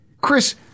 Chris